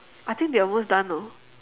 I think they are almost done no